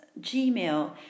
Gmail